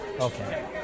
okay